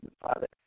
Father